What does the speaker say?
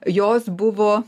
jos buvo